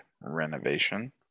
renovation